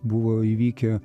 buvo įvykę